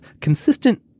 consistent